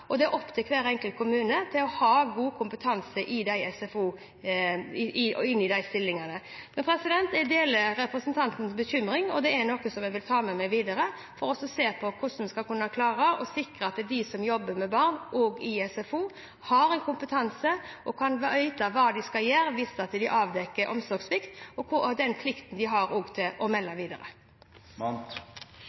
og det er opp til hver enkelt kommune å ha god kompetanse i de stillingene. Jeg deler representantens bekymring, og det er noe jeg vil ta med meg videre for å se på hvordan vi skal kunne klare å sikre at de som jobber med barn, også i SFO, har kompetanse og kan vite hva de skal gjøre hvis de avdekker omsorgssvikt, også med hensyn til den plikten de har til å melde videre.